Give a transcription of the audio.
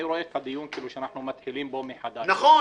אני רואה את הדיון כאילו שאנחנו מתחילים בו מחדש --- נכון,